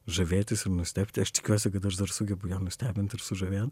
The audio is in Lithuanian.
žavėtis ir nustebti aš tikiuosi kad aš dar sugebu ją nustebint ir sužavėt